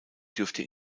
dürfte